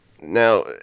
Now